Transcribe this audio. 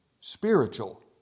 spiritual